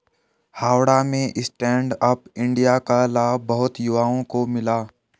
हावड़ा में Stand Up India का लाभ बहुत युवाओं को मिला